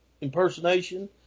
impersonation